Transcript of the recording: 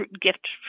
Gift